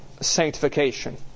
sanctification